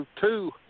two